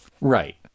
Right